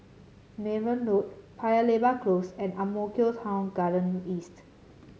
Mayne Road Paya Lebar Close and Ang Mo Kio Town Garden East